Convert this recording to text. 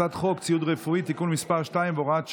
הצעת חוק ציוד רפואי (תיקון מס' 2 והוראת שעה),